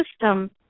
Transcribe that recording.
system